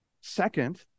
Second